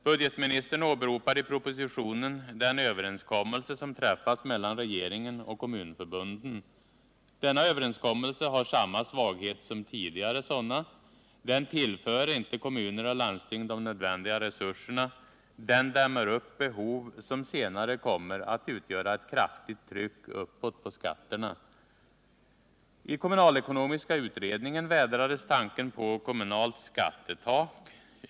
Budgetministern åberopar i propositionen den överenskommelse som träffats mellan regeringen och kommunförbunden. Denna överenskommelse har samma svaghet som tidigare sådana. Den tillför inte kommuner och landsting de nödvändiga resurserna. Den dämmer upp behov som senare kommer att utgöra ett kraftigt tryck uppåt på skatterna. I kommunalekonomiska utredningen vädrades tanken på kommunalt skattetak.